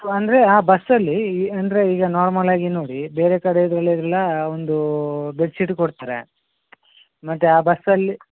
ಅಂದರೆ ಆ ಬಸ್ಸಲ್ಲೀ ಅಂದರೆ ಈಗ ನಾರ್ಮಲ್ ಆಗಿ ನೋಡಿ ಬೇರೆ ಕಡೆ ಇದ್ರಲ್ಲಿ ಎಲ್ಲಾ ಒಂದು ಬೆಡ್ ಶೀಟ್ ಕೊಡ್ತಾರೆ ಮತ್ತು ಆ ಬಸ್ಸಲ್ಲಿ